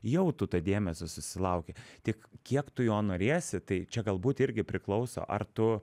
jau tu to dėmesio susilauki tik kiek tu jo norėsi tai čia galbūt irgi priklauso ar tu